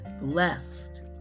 Blessed